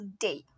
today